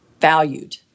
valued